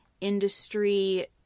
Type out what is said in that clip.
industry